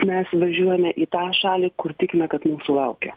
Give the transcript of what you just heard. mes važiuojame į tą šalį kur tikina kad mūsų laukia